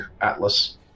Atlas